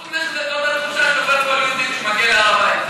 חוץ מזה שזה אותה תחושה שעובר כל יהודי כשהוא מגיע להר הבית,